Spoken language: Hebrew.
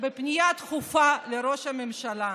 בפנייה דחופה לראש הממשלה,